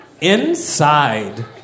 Inside